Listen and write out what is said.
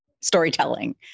storytelling